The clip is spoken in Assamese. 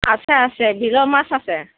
আছে আছে বিলৰ মাছ আছে